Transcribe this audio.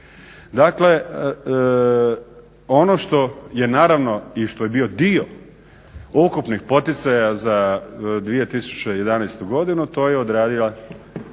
Dakle, ono što je naravno i što je bio dio ukupnih poticaja za 2011. godinu to je odradila